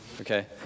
okay